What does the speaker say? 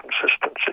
consistency